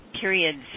periods